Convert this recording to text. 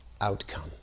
outcome